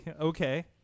Okay